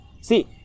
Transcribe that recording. see